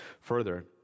Further